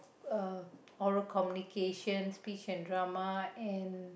uh oral communication speech and drama and